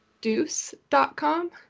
deuce.com